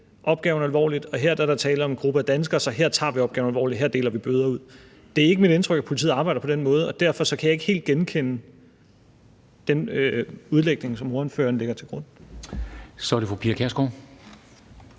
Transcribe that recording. opgaven alvorligt, og her er der tale om en gruppe danskere, så her tager vi opgaven alvorligt, her deler vi bøder ud. Det er ikke mit indtryk, at politiet arbejder på den måde, og derfor kan jeg ikke helt genkende den udlægning, spørgeren lægger til grund. Kl. 13:27 Formanden